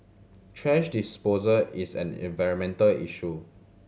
thrash disposal is an environmental issue